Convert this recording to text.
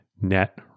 net